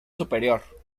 superior